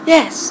Yes